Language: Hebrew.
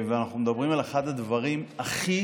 אנחנו מדברים על אחד הדברים הכי